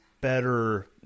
better